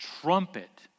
trumpet